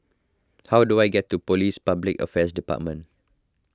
how do I get to Police Public Affairs Department